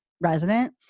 resident